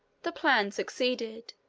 the plan succeeded.